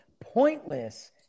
pointless